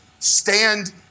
Stand